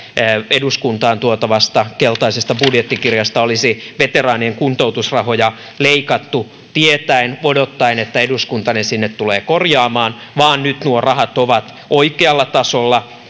eduskuntaan tuotavasta keltaisesta budjettikirjasta olisi veteraanien kuntoutusrahoja leikattu tietäen ja odottaen että eduskunta ne sinne tulee korjaamaan vaan nyt nuo rahat ovat oikealla tasolla